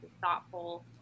thoughtful